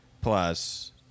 Plus